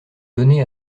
donner